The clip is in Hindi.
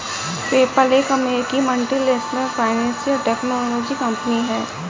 पेपल एक अमेरिकी मल्टीनेशनल फाइनेंशियल टेक्नोलॉजी कंपनी है